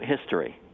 history